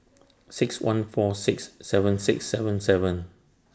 six one four six seven six seven seven